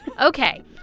Okay